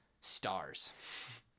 stars